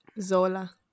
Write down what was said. Zola